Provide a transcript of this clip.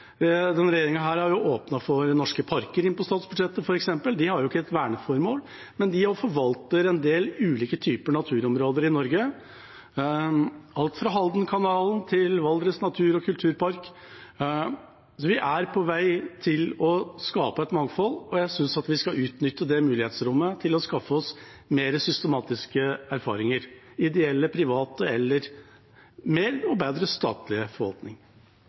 Denne regjeringa har åpnet for å få f.eks. Norske Parker inn på statsbudsjettet. De har ikke et verneformål, men også de forvalter en del ulike typer naturområder i Norge – alt fra Haldenkanalen til Valdres Natur- og Kulturpark. Så vi er på vei til å skape et mangfold, og jeg synes vi skal utnytte det mulighetsrommet til å skaffe oss mer systematisk erfaring med både ideelle og private eller mer og bedre statlig forvaltning.